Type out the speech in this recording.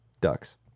Ducks